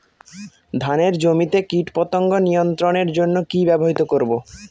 ধানের জমিতে কীটপতঙ্গ নিয়ন্ত্রণের জন্য কি ব্যবহৃত করব?